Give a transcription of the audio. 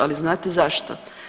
Ali znate zašto?